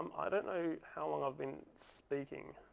um i don't know how long i've been speaking.